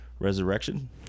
Resurrection